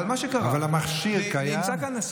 אבל המכשיר קיים?